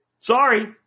sorry